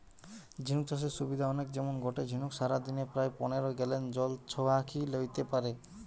ঝিনুক চাষের সুবিধা অনেক যেমন গটে ঝিনুক সারাদিনে প্রায় পনের গ্যালন জল ছহাকি লেইতে পারে